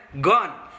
gone